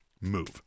move